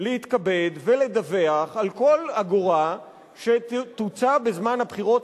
להתכבד ולדווח על כל אגורה שתוצא בזמן הבחירות,